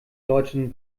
deutschen